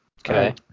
Okay